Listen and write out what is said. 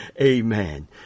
Amen